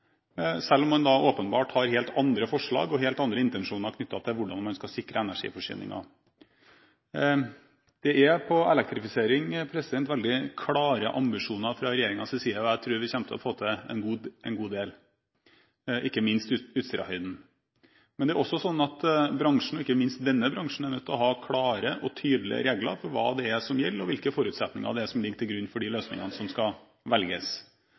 selv om man åpenbart har helt andre forslag og helt andre intensjoner knyttet til hvordan man skal sikre energiforsyningen. Når det gjelder elektrifisering, er det veldig klare ambisjoner fra regjeringens side, og jeg tror vi kommer til å få til en god del, ikke minst på Utsirahøyden. Men det er også slik at bransjen, ikke minst denne bransjen, er nødt til å ha klare og tydelige regler for hva det er som gjelder, og hvilke forutsetninger det er som ligger til grunn for de løsningene som skal velges.